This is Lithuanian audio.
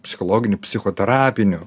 psichologinių psichoterapinių